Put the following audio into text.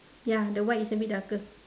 ya the white is a bit darker